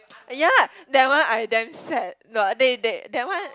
ah ya that one I damn sad no they they that one